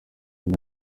iyi